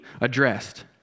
addressed